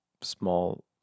small